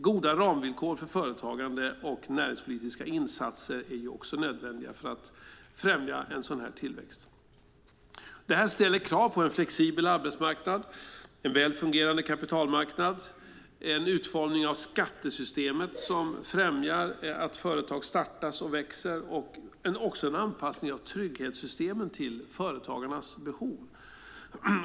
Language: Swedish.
Goda ramvillkor för företagande och näringspolitiska insatser är också nödvändiga för att främja en sådan här tillväxt. Det här ställer krav på en flexibel arbetsmarknad, en väl fungerande kapitalmarknad, en utformning av skattesystemet som främjar att företag startas och växer och en anpassning av trygghetssystemen till företagarnas behov.